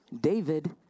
David